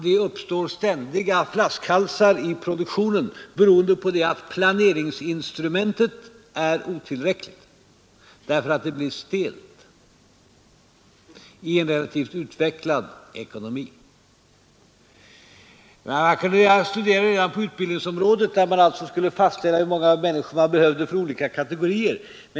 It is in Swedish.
Det uppstår ständiga flaskhalsar i produktionen beroende på att planeringsinstrumentet är otillräckligt, därför att det blir stelt, i en relativt utvecklad ekonomi. Jag har kunnat studera detta på utbildningsområdet, där man skulle fastställa hur många människor man behövde för olika kategorier.